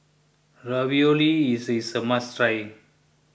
Ravioli is is a must try